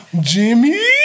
Jimmy